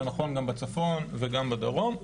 זה נכון גם בצפון וגם בדרום.